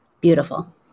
beautiful